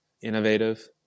innovative